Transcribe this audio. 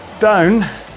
down